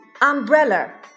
umbrella